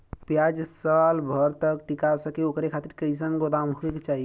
प्याज साल भर तक टीका सके ओकरे खातीर कइसन गोदाम होके के चाही?